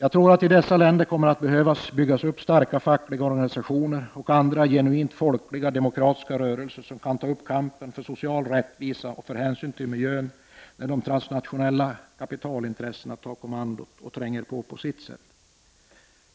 I dessa länder kommer det att behöva byggas upp starka fackliga organisationer och andra genuint folkliga demokratiska rörelser, vilka kan ta kampen för social rättvisa och hänsyn till miljön när de transnationella kapitalintressena tar kommandot och på sitt sätt tränger på.